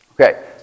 Okay